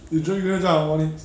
you'll join you eh harmonics